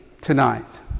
tonight